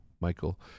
Michael